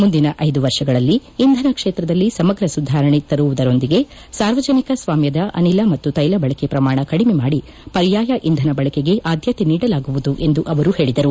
ಮುಂದಿನ ಐದು ವರ್ಷಗಳಲ್ಲಿ ಇಂಧನ ಕ್ಷೇತ್ರದಲ್ಲಿ ಸಮಗ್ರ ಸುಧಾರಣೆ ತರುವುದರೊಂದಿಗೆ ಸಾರ್ವಜನಿಕ ಸ್ವಾಮ್ಯದ ಅನಿಲ ಮತ್ತು ತ್ವೆಲ ಬಳಕೆ ಪ್ರಮಾಣ ಕದಿಮೆ ಮಾಡಿ ಪರ್ಯಾಯ ಇಂಧನ ಬಳಕೆಗೆ ಆದ್ಯತೆ ನೀಡಲಾಗುವುದು ಎಂದು ಅವರು ಹೇಳಿದರು